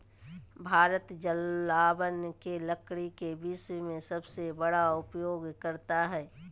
भारत जलावन के लकड़ी के विश्व में सबसे बड़ा उपयोगकर्ता हइ